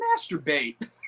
masturbate